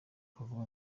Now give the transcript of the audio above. kuvuga